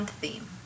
theme